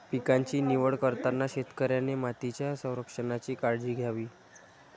पिकांची निवड करताना शेतकऱ्याने मातीच्या संरक्षणाची काळजी घ्यावी